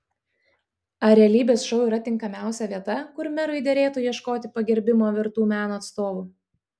ar realybės šou yra tinkamiausia vieta kur merui derėtų ieškoti pagerbimo vertų meno atstovų